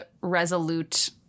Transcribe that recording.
resolute